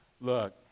look